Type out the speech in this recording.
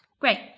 Great